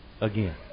again